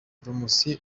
promotion